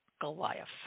Goliath